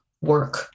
work